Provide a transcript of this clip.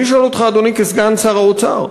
אני שואל אותך כסגן שר האוצר: